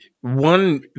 one